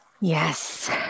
Yes